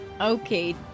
Okay